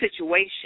situation